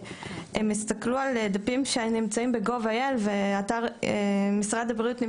הם הסתכלו על דפים שנמצאים ב-gov.il ובאתר משרד הבריאות.